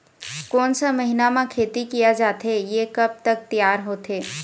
कोन सा महीना मा खेती किया जाथे ये कब तक तियार होथे?